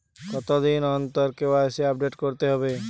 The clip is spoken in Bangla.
কতদিন অন্তর কে.ওয়াই.সি আপডেট করতে হবে?